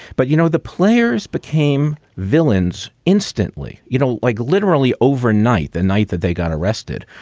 but, you know, the players became villains instantly. you know, like literally overnight the night that they got arrested,